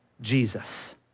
Jesus